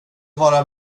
vara